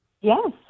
Yes